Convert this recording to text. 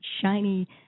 shiny